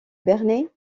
bernay